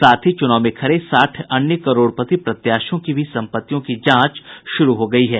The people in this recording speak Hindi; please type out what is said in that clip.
साथ ही चुनाव में खड़े साठ अन्य करोड़पति प्रत्याशियों की भी सम्पत्तियों की जांच शुरू हो गयी है